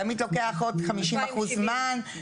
תמיד לוקח עוד 50% זמן.